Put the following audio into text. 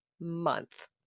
month